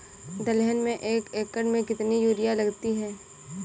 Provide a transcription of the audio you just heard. दलहन में एक एकण में कितनी यूरिया लगती है?